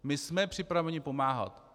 My jsme připraveni pomáhat.